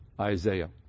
Isaiah